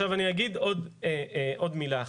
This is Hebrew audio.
אגיד עוד מילה אחת: